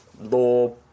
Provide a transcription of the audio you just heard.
law